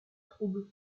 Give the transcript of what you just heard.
trouble